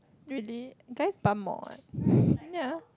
really guys pump more what ya